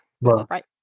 Right